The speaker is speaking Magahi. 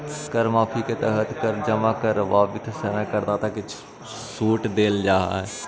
कर माफी के तहत कर जमा करवावित समय करदाता के सूट देल जाऽ हई